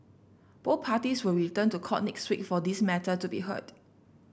both parties will return to court next week for this matter to be heard